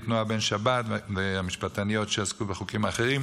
נעה בן שבת והמשפטניות שעסקו בחוקים האחרים,